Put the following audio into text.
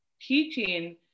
teaching